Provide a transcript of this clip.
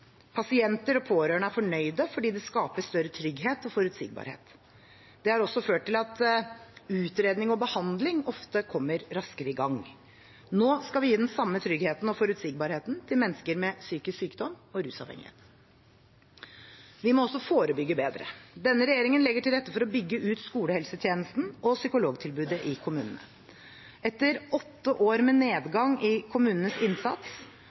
Pasienter og pårørende er fornøyde fordi det skaper større trygghet og forutsigbarhet. Det har også ført til at utredning og behandling ofte kommer raskere i gang. Nå skal vi gi den samme tryggheten og forutsigbarheten til mennesker med psykisk sykdom og rusavhengighet. Vi må også forebygge bedre. Denne regjeringen legger til rette for å bygge ut skolehelsetjenesten og psykologtilbudet i kommunene. Etter åtte år med nedgang i kommunenes innsats,